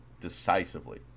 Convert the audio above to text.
decisively